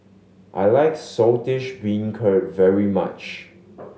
I like Saltish Beancurd very much